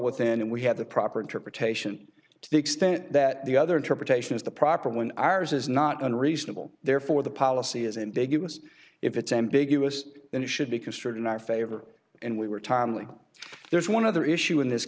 within and we have the proper interpretation to the extent that the other interpretation is the proper when ours is not unreasonable therefore the policy is ambiguous if it's ambiguous and should be construed in our favor and we were timely there is one other issue in this